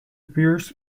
pierce